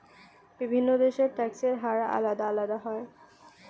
বিভিন্ন দেশের ট্যাক্সের হার আলাদা আলাদা হয়